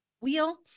wheel